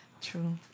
True